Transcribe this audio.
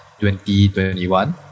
2021